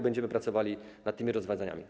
Będziemy pracowali nad tymi rozwiązaniami.